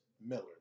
Miller